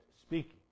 speaking